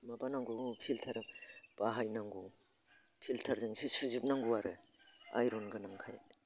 माबानांगौ फिल्टाराव बाहायनांगौ फिल्टारजोंसो सुजोबनांगौ आरो आयरन गोनांखाय